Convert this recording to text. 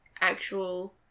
actual